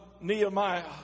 Nehemiah